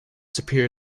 superior